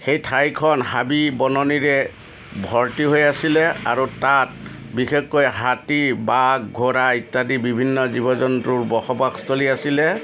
সেই ঠাইখন হাবি বননিৰে ভৰ্তি হৈ আছিলে আৰু তাত বিশেষকৈ হাতী বাঘ ঘোঁৰা ইত্যাদি বিভিন্ন জীৱ জন্তুৰ বসবাসস্থলী আছিলে